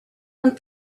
and